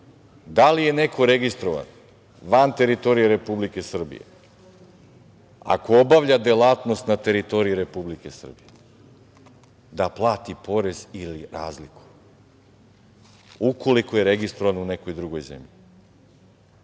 da li je neko registrovan van teritorija Republike Srbije, ako obavlja delatnost na teritoriji Republike Srbije, da plati porez ili razliku ukoliko je registrovan u nekoj drugoj zemlji,